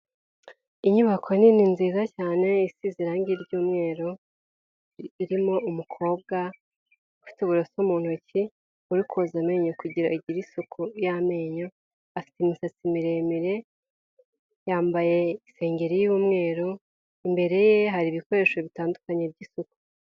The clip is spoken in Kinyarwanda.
Inyubako nini nziza cyane isize irangi ry'umweru irimo umukobwa ufite uburoso mu ntoki ari koza amenyo kugira akore isuku y'amenyo afite imisatsi miremire yambaye isengeri y'umweru imbere ye hari ibikoresho bitandukanye by'isuku.